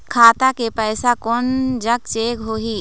खाता के पैसा कोन जग चेक होही?